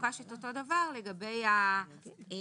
מבוקש אותו הדבר לגבי ההלוואות